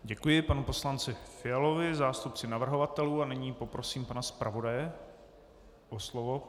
Děkuji panu poslanci Fialovi, zástupci navrhovatelů, a nyní poprosím pana zpravodaje o slovo.